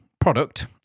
product